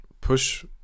push